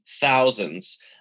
thousands